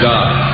God